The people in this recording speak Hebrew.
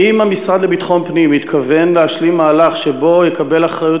האם המשרד לביטחון פנים מתכוון להשלים מהלך שבו הוא יקבל אחריות